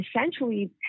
essentially